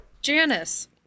Janice